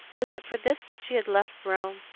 was it for this that she had left rome?